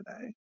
today